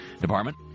department